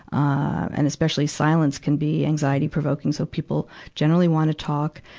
and especially silence can be anxiety provoking, so people generally wanna talk,